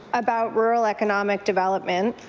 about rural economic development.